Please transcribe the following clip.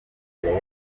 imbere